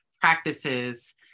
practices